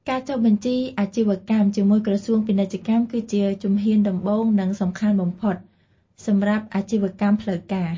ការចុះបញ្ជីអាជីវកម្ម ជាមួយ ក្រសួងពាណិជ្ជកម្ម គឺជា ជំហានដំបូង និង សំខាន់បំផុត សម្រាប់ អាជីវកម្មផ្លូវការ។